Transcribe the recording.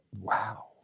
Wow